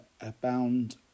abound